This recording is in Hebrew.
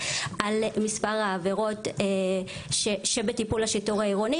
על מספר העברות שבטיפול השיטור העירוני,